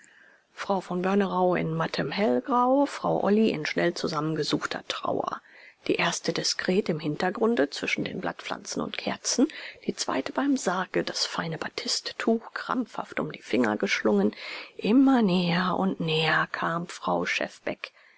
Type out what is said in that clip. frau von börnerau in mattem hellgrau frau olly in schnell zusammengesuchter trauer die erste diskret im hintergrunde zwischen den blattpflanzen und kerzen die zweite beim sarg das feine batisttuch krampfhaft um die finger geschlungen immer näher und näher kam frau